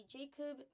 Jacob